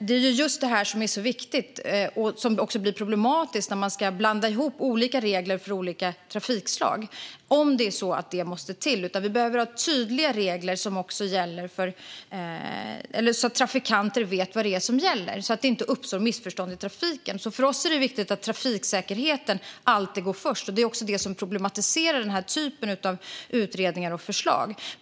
Det blir dock problematiskt när man ska blanda ihop olika regler för olika trafikslag, om det är vad som måste till. Vi behöver ha tydliga regler så att trafikanter vet vad som gäller och så att inte missförstånd uppstår i trafiken. För oss är det viktigt att trafiksäkerheten alltid får gå först. Det är också vad som problematiserar utredningar och förslag som detta.